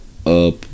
up